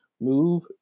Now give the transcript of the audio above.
move